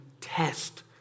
test